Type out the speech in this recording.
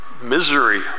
misery